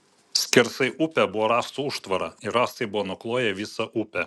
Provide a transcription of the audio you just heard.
skersai upę buvo rąstų užtvara ir rąstai buvo nukloję visą upę